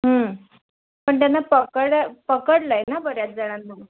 पण त्यांना पकड पकडलं आहे ना बऱ्याच जणांना